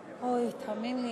בסדר-היום,